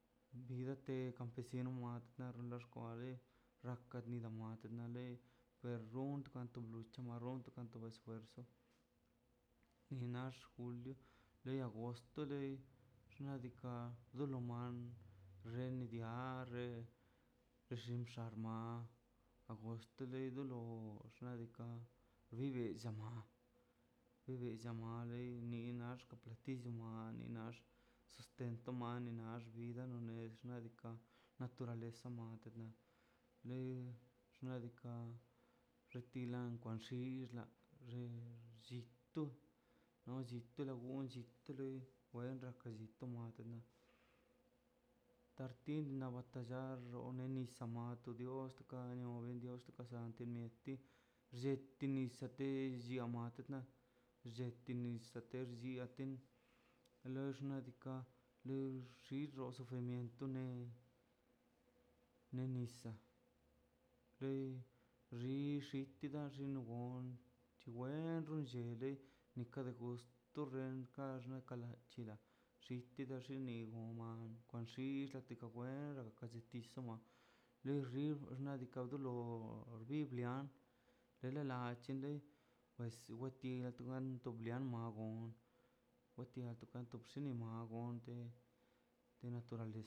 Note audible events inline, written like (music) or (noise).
Vidate kampesino matla lo xkwa no de yaka kira muerte de pe run xiakate birche marron du esfuerzo inax julio le agosto lei (noise) xna' diika' do lo man xeen nian xe bxin xarmar agoshto loi do xna' diika' vive llama vive llamailei ni nax llko platillo wa ni nax sustento mane nax vida none xna' diika' naturaleza ma lei xna' diika' ritilan xkwa xil na xito na chitole gonchid te loi wengakachi (unintelligible) na batallar ronena nisa matuxa (unintelligible) blleti nisa te llia matena lletinisa te lliaten lox xna' diika' xi xoz sufrimiento ne nisa' le le xitida xitida chingon wencho xegue nika gust xenkax na kala chida xitada xiniw numan kwa xil tekado wendo chitiso ma lo xib xna' diika' dolo bibian dele lachelen pues weti lato wanto lia magon leti waxepti gon xa magon